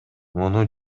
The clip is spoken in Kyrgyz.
муну